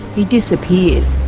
he disappeared.